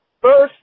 first